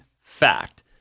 fact